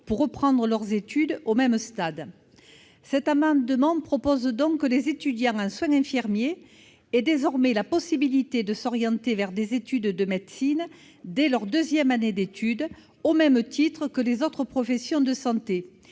pour reprendre leurs études au même stade. Cet amendement a donc pour objet de prévoir que les étudiants en soins infirmiers aient désormais la possibilité de s'orienter vers des études de médecine dès leur deuxième année d'études, au même titre que les autres professions de santé.